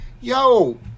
yo